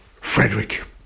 Frederick